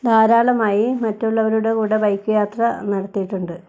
ധാരാളമായി മറ്റുള്ളവരുടെ കൂടെ ബൈക്ക് യാത്ര നടത്തിയിട്ടുണ്ട്